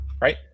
right